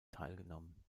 teilgenommen